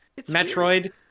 Metroid